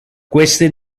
queste